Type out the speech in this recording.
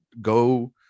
go